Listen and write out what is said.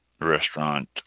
restaurant